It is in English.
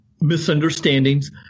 misunderstandings